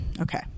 Okay